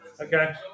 Okay